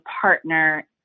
partner